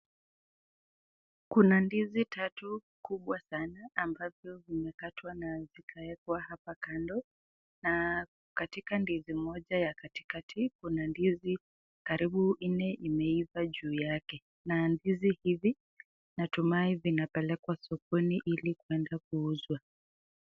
Kuna ndizi tatu kubwa sana ambazo zimekatwa na zikaekwa hapa kando na katika ndizi moja ya katikati kuna ndizi karibu nne imeiva juu yake na ndizi hizi natumia vinapelekwa sokoni ili kueda kuuzwa.